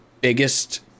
biggest